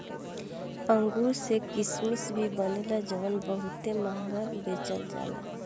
अंगूर से किसमिश भी बनेला जवन बहुत महंगा बेचल जाला